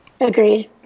Agreed